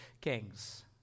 kings